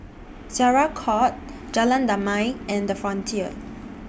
Syariah Court Jalan Damai and The Frontier